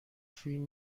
فیلم